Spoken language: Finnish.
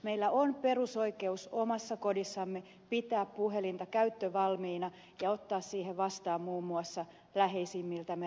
meillä on perusoikeus omassa kodissamme pitää puhelinta käyttövalmiina ja ottaa siihen vastaan muun muassa läheisimmiltämme rakkaimmiltamme puheluita